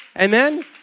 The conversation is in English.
Amen